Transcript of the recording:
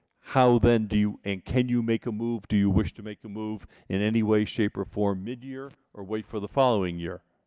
how then do you, and can you make a move, do you wish to make a move, in any way, shape, or form mid-year, or wait for the following year?